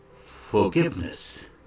Forgiveness